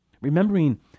Remembering